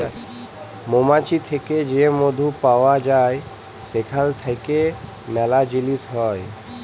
মমাছি থ্যাকে যে মধু পাউয়া যায় সেখাল থ্যাইকে ম্যালা জিলিস হ্যয়